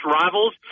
rivals